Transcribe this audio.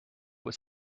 was